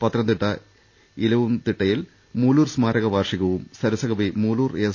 പത്തനംതിട്ട ഇലവുംതിട്ടയിൽ മൂലൂർ സ്മാരക വാർഷികവും സരസകവി മൂലൂർ എസ്